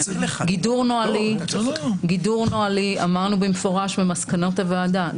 גידור נהלי, אמרנו במפורש במסקנות הוועדה.